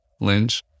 Lynch